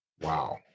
Wow